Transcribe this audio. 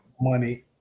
money